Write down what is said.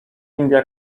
india